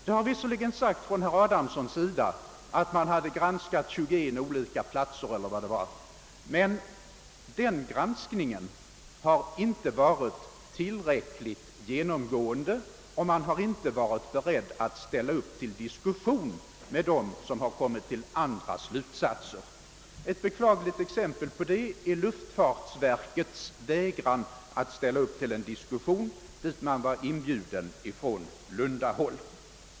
Det har visserligen sagts av herr Adamsson att man har granskat 21 olika platser eller hur många det var, men den granskningen har inte varit tillräckligt ingående, och man har inte varit beredd att ställa upp till diskussion med dem som har kommit till andra slutsatser. Ett beklagligt exempel på det är luftfartsverkets vägran att ställa upp till en diskussion dit verket var inbjudet ifrån lundahåll.